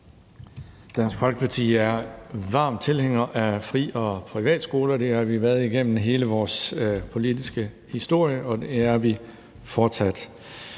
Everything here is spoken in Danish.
Dansk Folkeparti er varm tilhænger af fri- og privatskoler. Det har vi været igennem hele vores politiske historie, og det er vi fortsat.